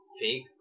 fake